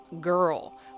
girl